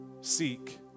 seek